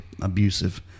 abusive